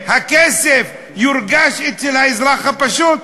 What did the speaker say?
שהכסף יורגש אצל האזרח הפשוט?